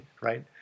right